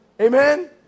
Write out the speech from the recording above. Amen